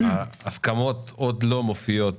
ההסכמות עוד לא מופיעות